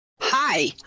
Hi